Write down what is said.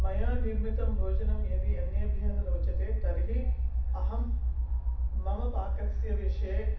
मया निर्मितं भोजनं यदि अन्येभ्यः रोचते तर्हि अहं मम पाकस्य विषये